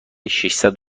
ششصد